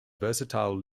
versatile